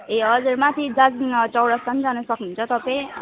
ए हजुर माथि दार्जिलिङ चौरस्ता नि जान सक्नुहुन्छ तपाईँ